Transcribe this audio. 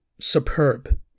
superb